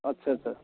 आदसा आदसा